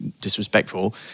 disrespectful